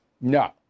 No